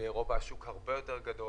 שבאירופה השוק הרבה יותר גדול,